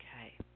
Okay